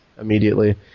immediately